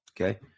okay